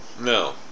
No